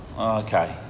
okay